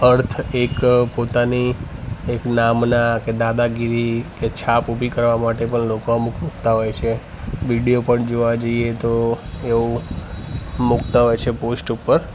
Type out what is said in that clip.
અર્થ એક પોતાની એક નામના કે દાદાગીરી કે છાપ ઊભી કરવા માટે પણ લોકો અમુક મૂકતાં હોય છે વિડીયો પણ જોવા જઈએ તો એવું મૂકતાં હોય છે પોસ્ટ ઉપર